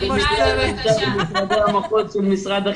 שאני לא מבין איך יש החלטה לשפות רשויות מוחלשות אבל